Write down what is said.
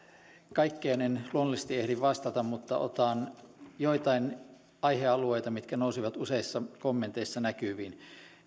kaikkeen en luonnollisesti ehdi vastata mutta otan joitain aihealueita mitkä nousivat useissa kommenteissa näkyviin